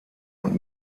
und